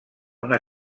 una